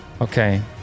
okay